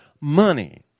money